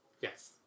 Yes